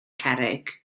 cerrig